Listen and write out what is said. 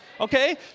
Okay